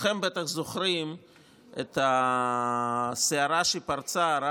כולכם בטח זוכרים את הסערה שפרצה רק